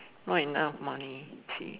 not enough money she